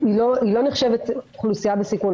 היא לא נחשבת אוכלוסייה בסיכון,